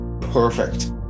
perfect